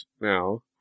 now